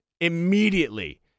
immediately